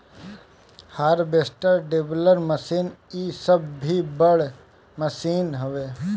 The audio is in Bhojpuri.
हार्वेस्टर, डिबलर मशीन इ सब भी बड़ मशीन हवे